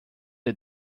the